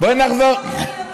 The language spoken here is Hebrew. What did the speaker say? אתה יודע למה אתה